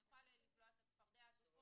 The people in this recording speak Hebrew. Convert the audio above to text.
אני יכולה לבלוע את הצפרדע הזו פה,